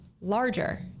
larger